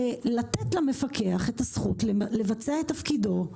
לתת למפקח את הזכות לבצע את תפקידו,